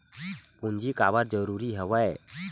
पूंजी काबर जरूरी हवय?